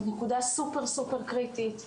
נקודה סופר קריטית.